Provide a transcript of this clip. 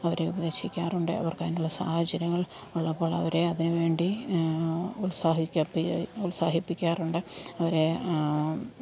അവരെ ഉപദേശിക്കാറുണ്ട് അവർക്കതിനുള്ള സാഹചര്യങ്ങൾ ഉള്ളപ്പോൾ അവരെ അതിനു വേണ്ടി ഉത്സാഹിക്കപ്പി ഉത്സാഹിപ്പിക്കാറുണ്ട് അവരെ